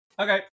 Okay